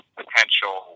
potential